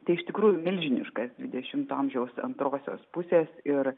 tai iš tikrųjų milžiniškas dvidešimto amžiaus antrosios pusės ir